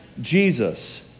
Jesus